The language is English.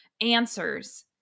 answers